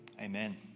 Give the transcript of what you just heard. amen